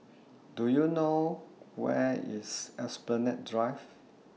Do YOU know Where IS Esplanade Drive